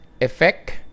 effect